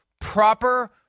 proper